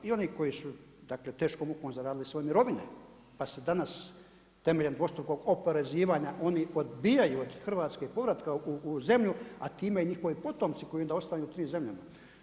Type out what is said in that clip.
I one koji su dakle, teškom mukom zaradili svoje mirovine pa se danas temeljem dvostrukog oporezivanja oni odbijaju od Hrvatske i povratka u zemlju a time i njihovi potomci koji onda ostaju u tim zemljama.